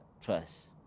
trust